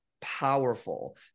powerful